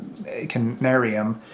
canarium